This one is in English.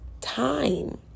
time